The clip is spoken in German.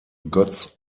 götz